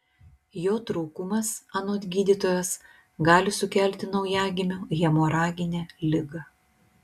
jo trūkumas anot gydytojos gali sukelti naujagimio hemoraginę ligą